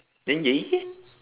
then yayi eh